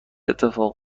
اتفاق